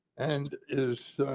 and is